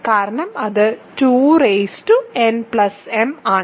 കാരണം അത് 2nm ആണ്